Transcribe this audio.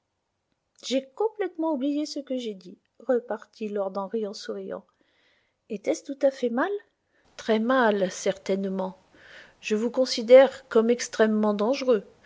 j'ai complètement oublié ce que j'ai dit repartit lord henry en souriant etait-ce tout à fait mal très mal certainement je vous considère comme extrêmement dangereux